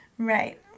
Right